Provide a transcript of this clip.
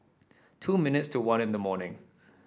two minutes to one in the morning